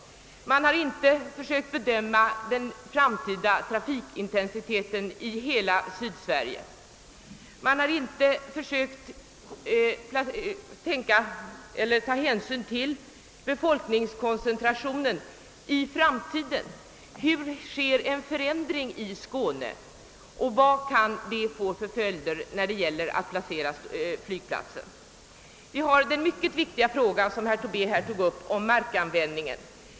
Man har inte försökt bedöma den framtida trafikintensiteten i hela Sydsverige och har inte tagit hänsyn till befolkningskoncentrationen i framtiden. Hur kommer en förändring i Skåne att ske och vilka blir följderna med tanke på byggandet av en flygplats? Vidare har vi den mycket viktiga frågan om markanvändningen som herr Tobé tog upp.